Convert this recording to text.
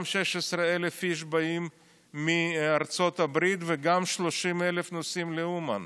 גם 16,000 איש באים מארצות הברית וגם 30,000 נוסעים לאומן.